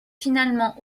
finalement